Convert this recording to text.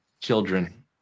children